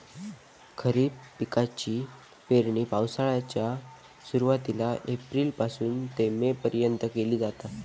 खरीप पिकाची पेरणी पावसाळ्याच्या सुरुवातीला एप्रिल पासून ते मे पर्यंत केली जाता